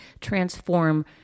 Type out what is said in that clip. transform